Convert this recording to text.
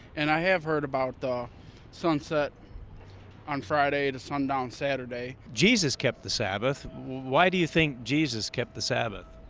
and i have heard about the sunset on friday to sundown saturday. jesus kept the sabbath. why do you think jesus kept the sabbath?